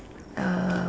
uh